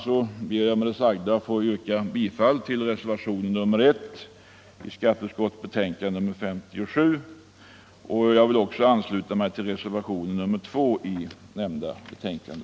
Jag ber med det sagda få yrka bifall till reservationen 1 i skatteutskottets betänkande nr 57. Jag ansluter mig också till reservationen 2 i nämnda betänkande.